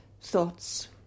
thoughts